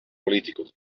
poliitikud